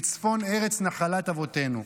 בצפון ארץ נחלת אבותינו.